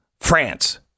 France